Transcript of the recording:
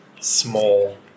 small